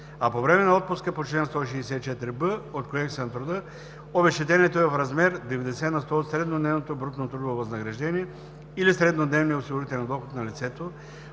а по време на отпуска по чл. 164б от Кодекса на труда обезщетението е в размер 90 на сто от среднодневното брутно трудово възнаграждение или среднодневния осигурителен доход на лицето,